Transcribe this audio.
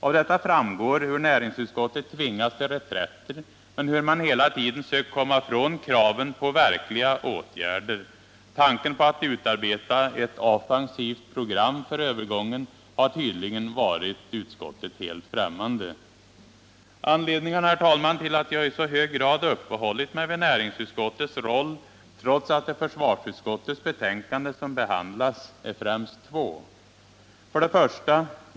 Av detta framgår hur näringsutskottet tvingats till reträtter men hur man hela tiden sökt komma från kraven på verkliga åtgärder. Tanken på att utarbeta ett offensivt program för övergången har tydligen varit näringsutskottet helt främmande. Anledningarna till att jag i så hög grad uppehållit mig vid näringsutskottets roll, trots att det är försvarsutskottets betänkanden som behandlas, är främst två. 1.